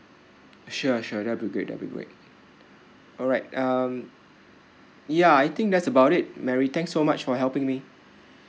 sure sure that'll be great that'll be great alright um ya I think that's about it mary thanks so much for helping me